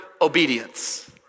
obedience